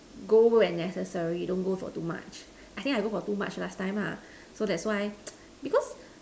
go when necessary don't go for too much think I go for too much last time so that's why because